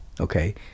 okay